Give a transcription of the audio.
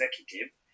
executive